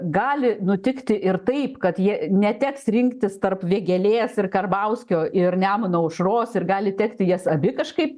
gali nutikti ir taip kad jie neteks rinktis tarp vėgėlės ir karbauskio ir nemuno aušros ir gali tekti jas abi kažkaip